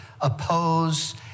oppose